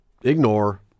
ignore